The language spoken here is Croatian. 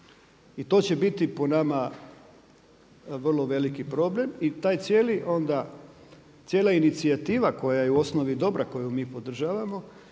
I to će biti po nama vrlo veliki problem i taj cijeli onda, cijela inicijativa koja je u osnovi dobra koju mi podržavamo